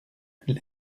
les